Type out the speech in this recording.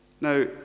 Now